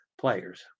players